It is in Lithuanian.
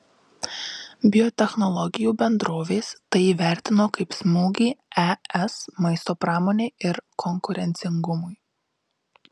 biotechnologijų bendrovės tai įvertino kaip smūgį es maisto pramonei ir konkurencingumui